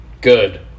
Good